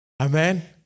amen